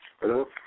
Hello